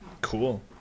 Cool